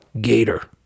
Gator